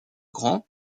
grand